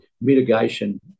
mitigation